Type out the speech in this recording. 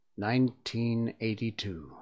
1982